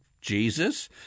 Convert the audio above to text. Jesus